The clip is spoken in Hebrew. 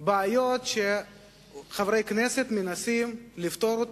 בעיות שחברי כנסת מנסים לפתור,